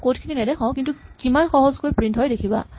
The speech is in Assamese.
মই কড খিনি নেদেখাও কিন্তু কিমান সহজকৈ প্ৰিন্ট হয় দেখিবা